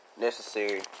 necessary